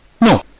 No